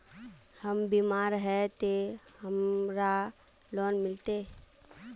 हम बीमार है ते हमरा लोन मिलते?